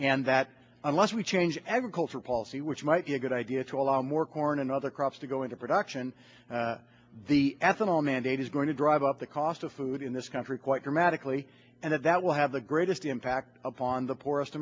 and that unless we change agriculture policy which might be a good idea to allow more corn and other crops to go into production the ethanol mandate is going to drive up the cost of food in this country quite dramatically and if that will have the greatest impact upon the poorest